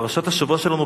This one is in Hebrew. פרשת השבוע שלנו,